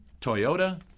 Toyota